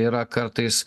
yra kartais